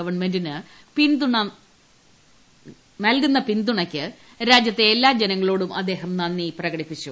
ഗവൺമെന്റിന് നൽകുന്ന പിന്തുണയ്ക്ക് രാജ്യത്തെ എല്ലാ ജനങ്ങളോടും അദ്ദേഹം നന്ദി പ്രകടിപ്പിച്ചു